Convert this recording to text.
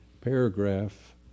paragraph